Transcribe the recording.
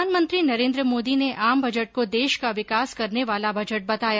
प्रधानमंत्री नरेन्द्र मोदी ने आम बजट को देश का विकास करने वाला बजट बताया